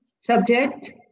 subject